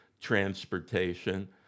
transportation